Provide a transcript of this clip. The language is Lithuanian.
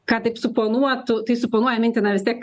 ką taip suponuotų tai suponuoja mintį na vis tiek